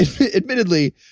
Admittedly